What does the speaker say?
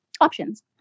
options